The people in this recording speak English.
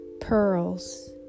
pearls